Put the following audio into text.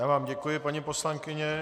Já vám děkuji, paní poslankyně.